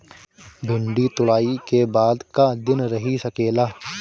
भिन्डी तुड़ायी के बाद क दिन रही सकेला?